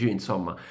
Insomma